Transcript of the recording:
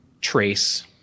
trace